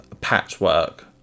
patchwork